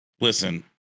listen